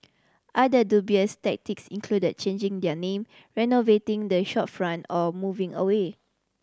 other dubious tactics included changing their name renovating the shopfront or moving away